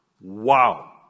Wow